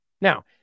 Now